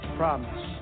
promise